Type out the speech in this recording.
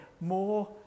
more